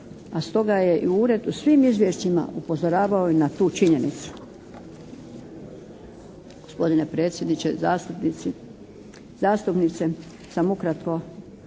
a stoga je ured u svim izvješćima upozoravao i na tu činjenicu.